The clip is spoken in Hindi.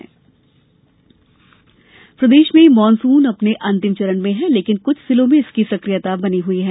मौसम प्रदेश में मॉनसून अपने अंतिम चरण में है लेकिन कुछ जिलों में इसकी सक्रियता बनी हुई है